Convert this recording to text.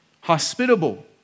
hospitable